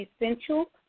essential